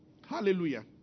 Hallelujah